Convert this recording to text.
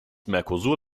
mercosur